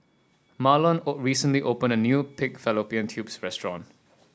Mahlon O recently opened a new Pig Fallopian Tubes restaurant